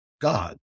God